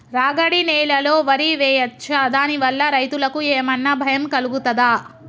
రాగడి నేలలో వరి వేయచ్చా దాని వల్ల రైతులకు ఏమన్నా భయం కలుగుతదా?